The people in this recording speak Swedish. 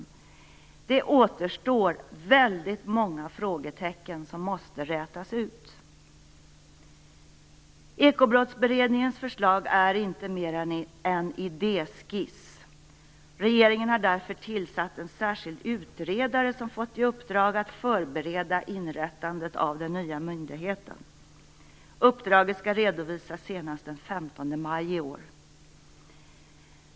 Det återstår väldigt många frågetecken som måste rätas ut. Ekobrottsberedningens förslag är inte mer än en idéskiss. Regeringen har därför tillsatt en särskild utredare som fått i uppdrag att förbereda inrättandet av den nya myndigheten. Uppdraget skall redovisas senast den 15 maj i år.